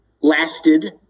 lasted